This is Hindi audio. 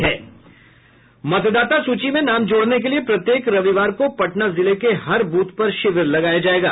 मतदाता सूची में नाम जोड़ने के लिए प्रत्येक रविवार को पटना जिला के हर बूथ पर शिविर लगाया जायेगा